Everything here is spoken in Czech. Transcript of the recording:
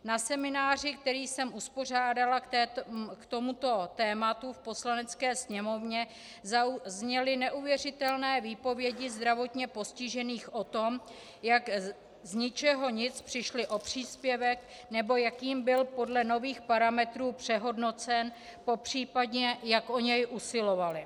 Na semináři, který jsem uspořádala k tomuto tématu v Poslanecké sněmovně, zazněly neuvěřitelné výpovědi zdravotně postižených o tom, jak z ničeho nic přišli o příspěvek nebo jak jim byl podle nových parametrů přehodnocen, popřípadě jak o něj usilovali.